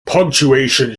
punctuation